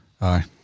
Aye